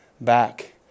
back